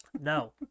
No